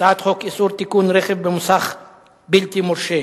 הצעת חוק איסור תיקון רכב במוסך בלתי מורשה,